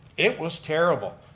it was terrible.